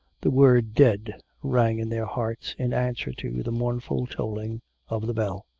the word dead rang in their hearts in answer to the mournful tolling of the bell.